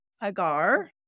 Hagar